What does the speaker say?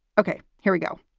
ok, here we go